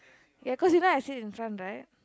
ya cause you know I sit in front right